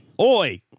Oi